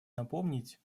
напомнить